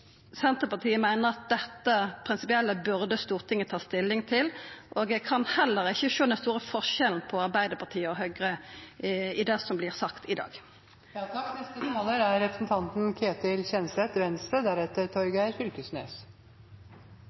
Senterpartiet meiner at dette prinsipielle burde Stortinget ta stilling til. Eg kan heller ikkje sjå den store forskjellen på Arbeidarpartiet og Høgre i det som vert sagt i dag. Først takk